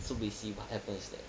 so basically what happened is that